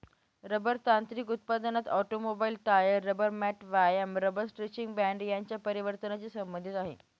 rubber तांत्रिक उत्पादनात automobile, tyre, rubber mat, व्यायाम रबर स्ट्रेचिंग बँड यांच्या परिवर्तनाची संबंधित आहे